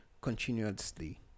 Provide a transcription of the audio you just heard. continuously